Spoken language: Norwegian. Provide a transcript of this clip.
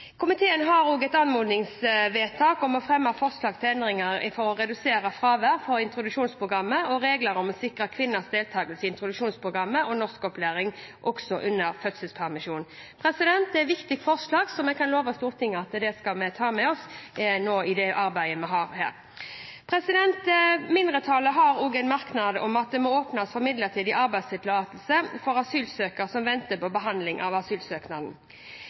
Komiteen har også et forslag til anmodningsvedtak om å fremme forslag til endringer for å redusere fravær fra introduksjonsprogrammet, og regler om å sikre kvinners deltagelse i introduksjonsprogrammet og norskopplæring, også under fødselspermisjon. Det er et viktig forslag som jeg kan love Stortinget at vi nå skal ta med oss i det arbeidet vi her gjør. Et flertall har også en merknad om at det må åpnes for midlertidig arbeidstillatelse for asylsøkere som venter på behandling av asylsøknaden.